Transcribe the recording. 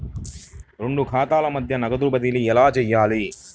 రెండు ఖాతాల మధ్య నగదు బదిలీ ఎలా చేయాలి?